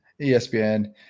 ESPN